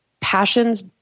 passions